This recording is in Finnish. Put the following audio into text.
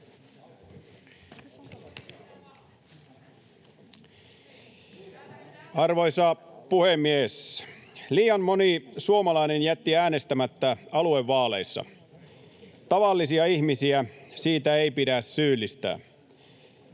Arvoisa puhemies! Liian moni suomalainen jätti äänestämättä aluevaaleissa. Tavallisia ihmisiä siitä ei pidä syyllistää.